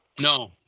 No